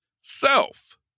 Self